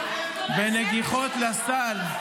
זה מה ----- בנגיחות לסל.